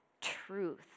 truth